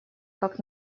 как